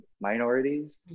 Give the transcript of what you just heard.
minorities